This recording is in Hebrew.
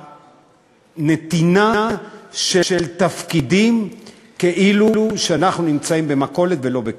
הנתינה של תפקידים כאילו אנחנו נמצאים במכולת ולא בכנסת.